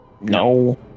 No